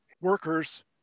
workers